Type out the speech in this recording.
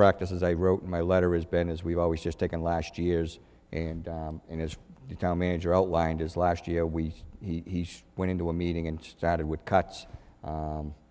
practices i wrote in my letter has been as we've always just taken last year's and in as the town manager outlined as last year we he went into a meeting and started with cuts